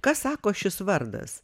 ką sako šis vardas